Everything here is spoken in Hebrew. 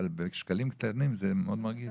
אבל בשקלים קטנים זה מאוד מרגיז.